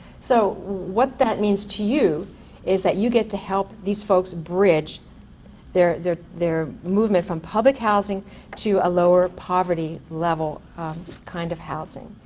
so what that means to you is that you get to help these folks bridge their their movement from public housing to a lower poverty level kind of housing.